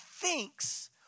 thinks